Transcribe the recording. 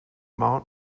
mount